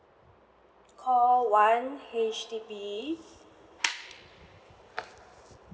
call one H_D_B